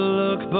look